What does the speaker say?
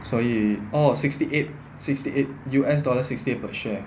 所以 oh sixty eight sixty eight U_S dollar sixty eight per share